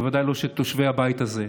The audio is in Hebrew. בוודאי לא של יושבי הבית הזה,